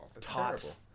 tops